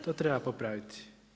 To treba popraviti.